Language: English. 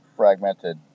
Fragmented